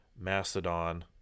Mastodon